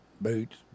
boots